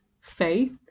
faith